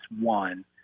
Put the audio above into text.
one